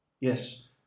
Yes